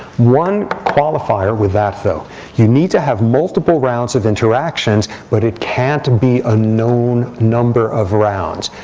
one qualifier with that, though you need to have multiple rounds of interactions. but it can't be a known number of rounds.